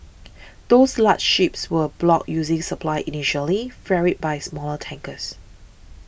those large ships were broad using supply initially ferried by smaller tankers